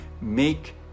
make